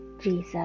Jesus